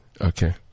Okay